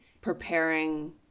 preparing